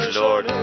lord